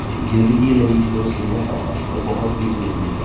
ਜ਼ਿੰਦਗੀ ਲਈ ਜੋ ਸਿਹਤ ਹੈ ਉਹ ਬਹੁਤ ਹੀ ਜ਼ਰੂਰੀ ਹੈ